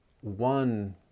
one